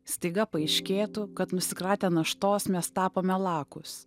staiga paaiškėtų kad nusikratę naštos mes tapome lakūs